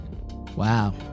wow